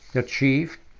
the chief,